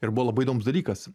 ir buvo labai įdomus dalykas